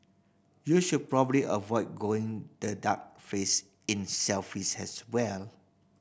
you should probably avoid going the duck face in selfies as well